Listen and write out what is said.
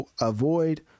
avoid